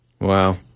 Wow